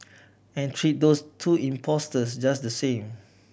and treat those two impostors just the same